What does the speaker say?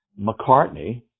McCartney